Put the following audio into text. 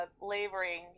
laboring